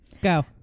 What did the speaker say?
Go